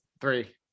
Three